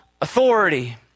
authority